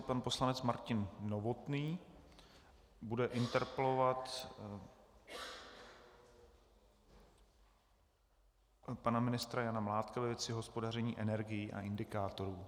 Pan poslanec Martin Novotný bude interpelovat pana ministra Jana Mládka ve věci hospodaření energií a indikátorů.